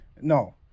No